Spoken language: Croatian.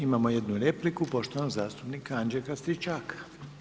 Imamo jednu repliku poštovanog zastupnika Anđelka Stričaka.